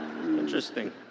Interesting